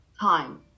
time